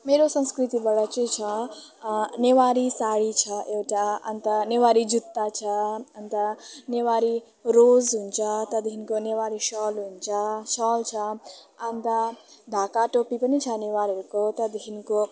मेरो संस्कृतिबाट चाहिँ छ नेवारी साडी छ एउटा अन्त नेवारी जुत्ता छ अन्त नेवारी रोज हुन्छ त्यहाँदेखिको नेवारी सल हुन्छ सल छ अन्त ढाका टोपी पनि छ नेवारहरूको त्यहाँदेखिको